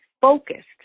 focused